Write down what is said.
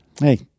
Hey